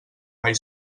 mai